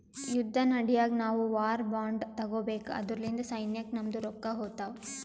ಯುದ್ದ ನಡ್ಯಾಗ್ ನಾವು ವಾರ್ ಬಾಂಡ್ ತಗೋಬೇಕು ಅದುರ್ಲಿಂದ ಸೈನ್ಯಕ್ ನಮ್ದು ರೊಕ್ಕಾ ಹೋತ್ತಾವ್